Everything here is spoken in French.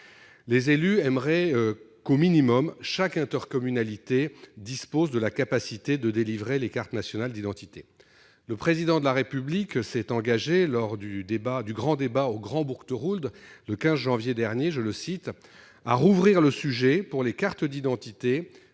Les élus aimeraient qu'au minimum chaque intercommunalité dispose de la capacité de délivrer les cartes nationales d'identité. Le Président de la République s'est engagé, lors du débat qui s'est tenu le 15 janvier au Grand Bourgtheroulde, à « rouvrir le sujet pour les cartes d'identité,